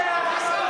של האחים המוסלמים.